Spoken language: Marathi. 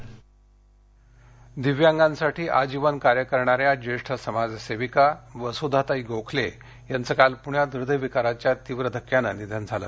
निधन दिव्यांगासाठी आजीवन कार्य करणाऱ्या ज्येष्ठ समाजसेविका वसुधाताई गोखले यांचं काल पूण्यात हृदय विकाराच्या तीव्र धक्क्यानं निधन झालं